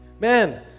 man